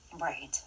Right